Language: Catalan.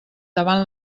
davant